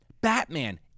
Batman